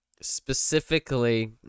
specifically